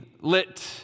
lit